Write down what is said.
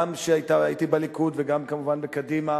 גם כשהייתי בליכוד וגם כמובן בקדימה,